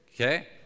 okay